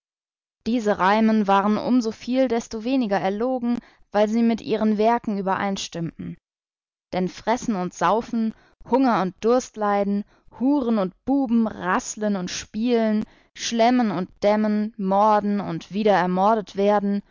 diese reimen waren um so viel desto weniger erlogen weil sie mit ihren werken übereinstimmten denn fressen und saufen hunger und durst leiden huren und buben raßlen und spielen schlemmen und demmen morden und wieder ermordet werden